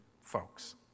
folks